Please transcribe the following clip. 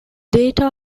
data